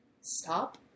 stop